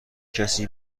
کسی